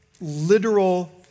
literal